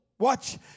Watch